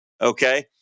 Okay